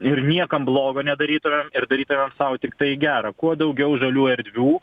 ir niekam blogo nedarytumėm ir darytumėm sau tiktai gera kuo daugiau žalių erdvių